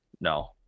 No